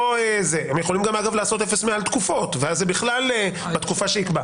הם יכולים גם לעשות אפס-100 על תקופות ואז זה בכלל בתקופה שיקבע.